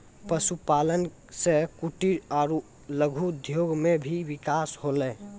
पशुपालन से कुटिर आरु लघु उद्योग मे भी बिकास होलै